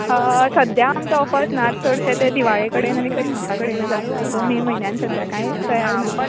सद्या आमच्यो ऑफरस नात चडशे ते दिवाळे कडेन आनी क्रिसमासा कडेनच आसतात सो मे म्हयन्यान सद्या कांय तयार ना